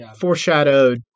foreshadowed